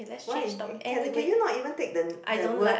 why uh can can you not even take the the word